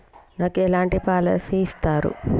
నాకు ఎలాంటి పాలసీ ఇస్తారు?